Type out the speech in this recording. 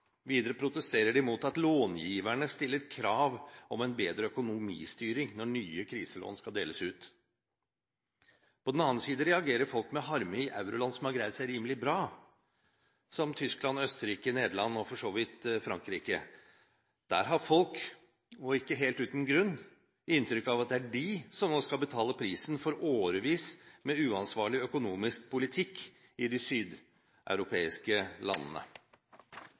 Videre protesterer de mot at långiverne stiller krav om en bedre økonomistyring når nye kriselån skal deles ut. På den andre siden reagerer folk med harme i euroland som har greid seg rimelig bra, som Tyskland, Østerrike, Nederland og for så vidt Frankrike. Der har folk –ikke helt uten grunn – inntrykk av at det er de som nå skal betale prisen for årevis med uansvarlig økonomisk politikk i de sydeuropeiske landene.